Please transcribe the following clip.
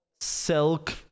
silk